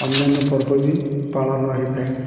ଅନ୍ୟାନ୍ୟ ପର୍ବ ବି ପାଳନ ହେଇଥାଏ